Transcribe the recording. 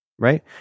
right